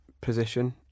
position